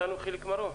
מרום,